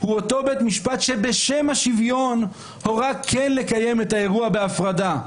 הוא אותו בית משפט שבשם השוויון הורה כן לקיים את האירוע בהפרדה.